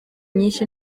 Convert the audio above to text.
myinshi